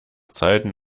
zeiten